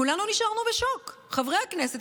כולנו נשארנו בשוק, חברי הכנסת.